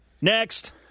Next